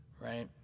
right